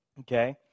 Okay